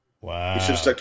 Wow